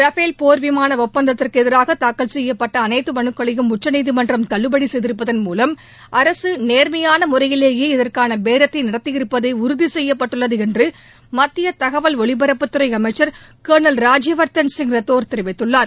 Rafale போர் விமான ஒப்பந்தத்திற்கு எதிராக தாக்கல் செய்யப்பட்ட அனைத்து மலுக்களையும் உச்சநீதிமன்றம் தள்ளுபடி செய்திருப்பதன் மூலம் அரசு நேர்மையான முறையிலேயே இதற்காள பேரத்தை நடத்தியிருப்பது உறுதி செய்யப்பட்டுள்ளது என்று மத்திய தகவல் ஒலிபரப்புத்துறை அமைச்சர் கர்னல் ராஜ்யவர்தன் ரத்தோர் தெரிவித்துள்ளார்